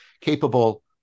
capable